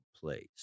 place